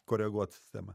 koreguot sistemą